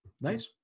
nice